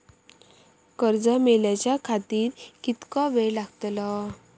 कर्ज मेलाच्या खातिर कीतको वेळ लागतलो?